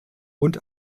und